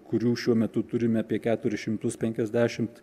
kurių šiuo metu turime apie keturis šimtus penkiasdešimt